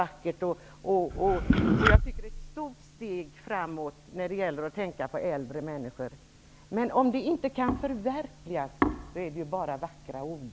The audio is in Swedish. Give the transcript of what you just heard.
Den innebär ett stort steg framåt när det gäller att tänka på äldre människor. Men om det inte kan förverkligas är det bara vackra ord.